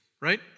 right